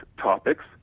topics